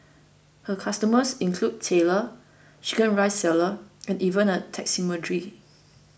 her customers include tailor Chicken Rice sellers and even a taxidermist